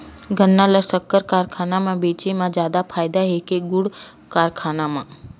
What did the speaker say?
गन्ना ल शक्कर कारखाना म बेचे म जादा फ़ायदा हे के गुण कारखाना म?